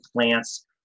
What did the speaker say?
plants